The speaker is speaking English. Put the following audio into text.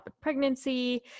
pregnancy